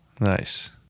nice